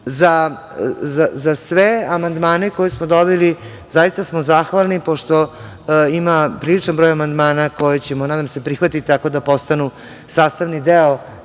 sve amandmane koje smo dobili, zaista smo zahvalni pošto ima priličan broj amandmana koje ćemo nadam se prihvatiti, tako da postanu sastavni deo